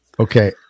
Okay